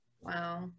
Wow